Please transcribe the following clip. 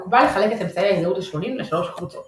מקובל לחלק את אמצעי ההזדהות השונים לשלוש קבוצות